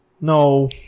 No